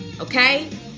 Okay